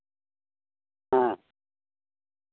ᱦᱮᱸ